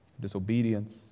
disobedience